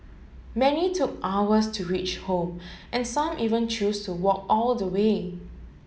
many took hours to reach home and some even chose to walk all the way